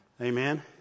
Amen